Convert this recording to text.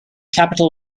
capital